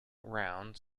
round